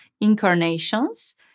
incarnations